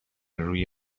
روی